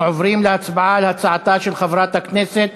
לפרוטוקול, חברת הכנסת